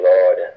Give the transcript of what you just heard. Lord